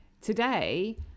today